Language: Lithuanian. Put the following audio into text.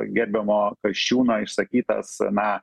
gerbiamo kasčiūno išsakytas na